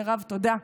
מירב, תודה.